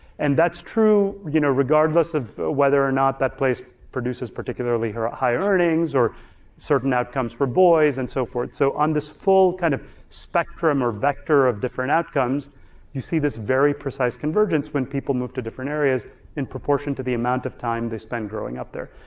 and that's true you know regardless of whether or not that place produces particularly high earnings or certain outcomes for boys and so forth. so on this full kind of spectrum or vector of different outcomes you see this very precise convergence when people move to different areas in proportion to the amount of time they spend growing up there.